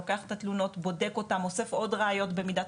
שלוקח את התלונות ואוסף עוד ראיות במידת